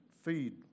feed